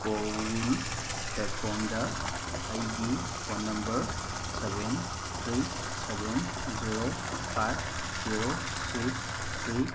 CoWIN ꯄ꯭ꯂꯦꯠꯐꯣꯝꯗ ꯑꯩꯒꯤ phone number seven three seven zero five zero six three